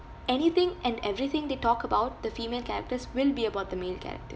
anything and everything they talk about the female characters will be about the male characters